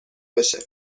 بشه